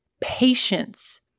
patience